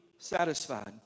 satisfied